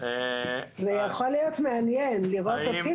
או אושרו כבר או יאושרו.